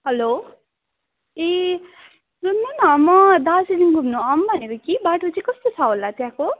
hello ए सुन्नु न म दार्जीलिङ घुम्नु आउँ भनेको कि बाटो चाहिँ कस्तो छ होला त्यहाँको